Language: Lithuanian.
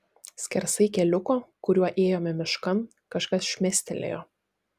skersai keliuko kuriuo įėjome miškan kažkas šmėstelėjo